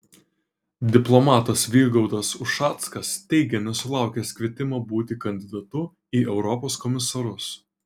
diplomatas vygaudas ušackas teigia nesulaukęs kvietimo būti kandidatu į europos komisarus